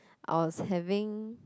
I was having